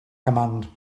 command